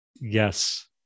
Yes